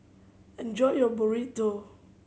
enjoy your Burrito